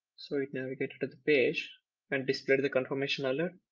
so it navigated to the page and displayed the confirmation alert,